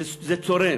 זה צורם,